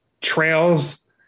trails